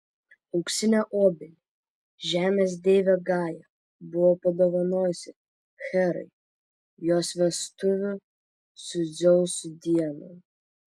auksinę obelį žemės deivė gaja buvo padovanojusi herai jos vestuvių su dzeusu dieną